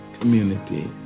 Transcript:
community